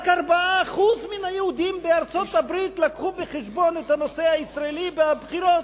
רק 4% מן היהודים בארצות-הברית לקחו בחשבון את הנושא הישראלי בבחירות.